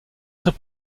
très